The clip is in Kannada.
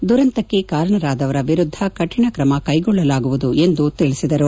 ದುರಂತಕ್ಕೆ ಕಾರಣರಾದವರ ವಿರುದ್ದ ಕಠಿಣ ಕ್ರಮ ಕೈಗೊಳ್ಳಲಾಗುವುದು ಎಂದು ತಿಳಿಸಿದರು